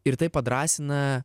ir tai padrąsina